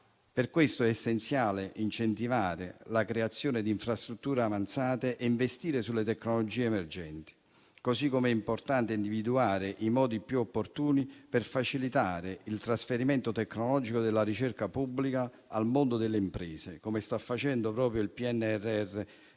Per questo è essenziale incentivare la creazione di infrastrutture avanzate e investire sulle tecnologie emergenti. Così come è importante individuare i modi più opportuni per facilitare il trasferimento tecnologico della ricerca pubblica al mondo delle imprese, come sta facendo proprio il PNRR